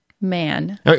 man